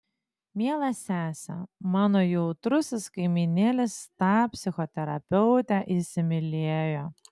miela sese mano jautrusis kaimynėlis tą psichoterapeutę įsimylėjo